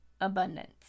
abundance